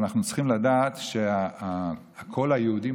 אנחנו צריכים לדעת שהקול היהודי,